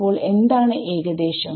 അപ്പോൾ എന്താണ് ഏകദേശം